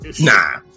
Nah